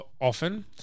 often